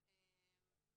מעניין.